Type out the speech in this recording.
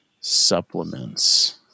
supplements